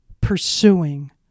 pursuing